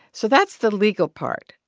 so that's the legal part.